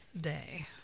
day